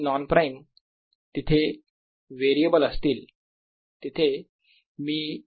आणि non prime तिथे variable असतील तिथे मी फील्ड कॅल्क्युलेट करत आहे